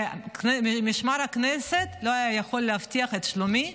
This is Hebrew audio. ומשמר הכנסת לא היה יכול להבטיח את שלומי,